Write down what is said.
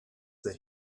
that